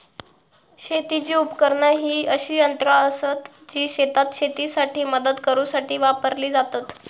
शेतीची उपकरणा ही अशी यंत्रा आसत जी शेतात शेतीसाठी मदत करूसाठी वापरली जातत